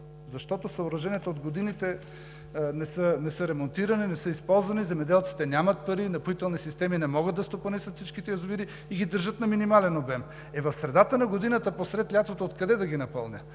Защото съоръженията от години не са ремонтирани, не са използвани – земеделците нямат пари, „Напоителни системи“ не могат да стопанисват всичките язовири и ги държат на минимален обем. Е, в средата на годината, посред лятото, откъде да ги напълня?